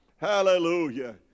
hallelujah